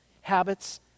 habits